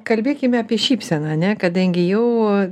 kalbėkime apie šypseną ar ne kadangi jau